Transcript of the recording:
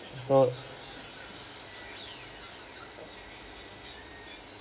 sorts